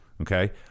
Okay